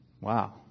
Wow